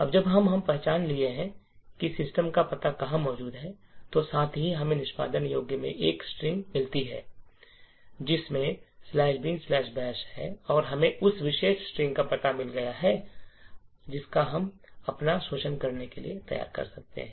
अब जब हमने पहचान लिया है कि सिस्टम का पता कहाँ मौजूद है और साथ ही हमें निष्पादन योग्य में एक स्ट्रिंग मिली है जिसमें बिन बैश "binbash" है और हमें उस विशेष स्ट्रिंग का पता मिल गया है हम अपना शोषण करने के लिए तैयार हैं